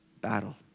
battle